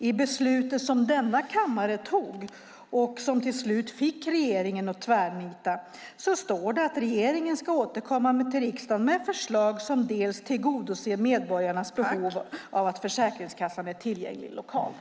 I beslutet som denna kammare tog och som till slut fick regeringen att tvärnita står det att regeringen ska återkomma till riksdagen med förslag som tillgodoser medborgarnas behov av att Försäkringskassan är tillgänglig lokalt.